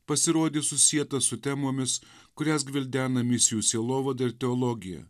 pasirodys susietas su temomis kurias gvildena misijų sielovada ir teologija